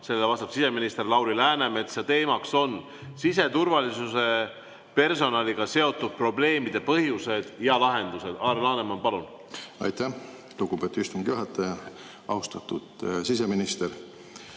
vastab siseminister Lauri Läänemets ja teemaks on siseturvalisuse personaliga seotud probleemide põhjused ja lahendused. Alar Laneman, palun! Aitäh, lugupeetud istungi juhataja! Austatud siseminister!